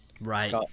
Right